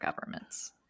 governments